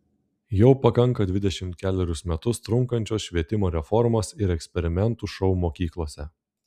jau pakanka dvidešimt kelerius metus trunkančios švietimo reformos ir eksperimentų šou mokyklose